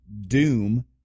Doom